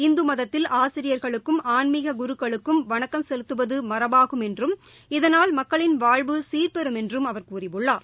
இந்துமதத்தில் ஆசிரியர்களுக்கும் ஆன்மீககுருக்களுக்கும் வணக்கம் செலுத்துவதுமரபாகும் என்றும் இதனால் மக்களின் வாழ்வு சீர்பெரும் என்றும் அவர் கூறியுள்ளார்